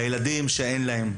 לילדים שאין להם.